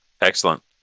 Excellent